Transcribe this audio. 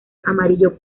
amarillo